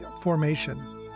Formation